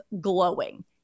glowing